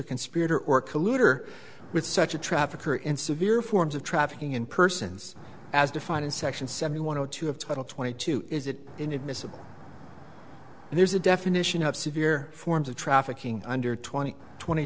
colluder with such a trafficker in severe forms of trafficking in persons as defined in section seventy one or two of title twenty two is it inadmissible and there's a definition of severe forms of trafficking under twenty twenty